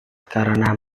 karena